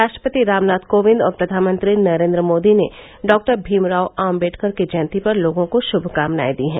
राष्ट्रपति रामनाथ कोविंद और प्रधानमंत्री नरेन्द्र मोदी ने डाक्टर भीमराव आम्बेड़कर की जयंती पर लोगों को श्भकामनाएं दी हैं